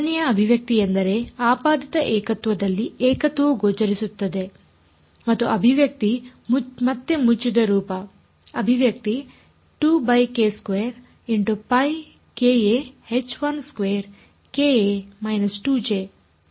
ಎರಡನೆಯ ಅಭಿವ್ಯಕ್ತಿ ಎಂದರೆ ಆಪಾದಿತ ಏಕತ್ವದಲ್ಲಿ ಏಕತ್ವವು ಗೋಚರಿಸುತ್ತದೆ ಮತ್ತು ಅಭಿವ್ಯಕ್ತಿ ಮತ್ತೆ ಮುಚ್ಚಿದ ರೂಪ ಅಭಿವ್ಯಕ್ತಿ ಇರುತ್ತದೆ